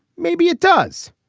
maybe it does.